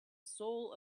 soul